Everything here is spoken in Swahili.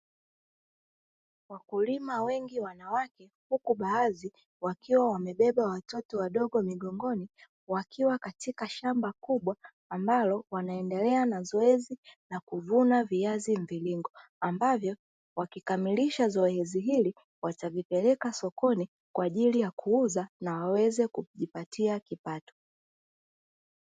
Wakulima wengi wanawake huku baadhi wakiwa wamebeba watoto wadogo migongoni wakiwa katika shamba kubwa ambalo wanaendelea na zoezi ya kuvuna viazi mviringo ambavyo wakikamilisha zoezi hili watavipeleka sokoni kwa ajili ya kuuza na waweze kujipatia kipato.